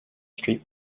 street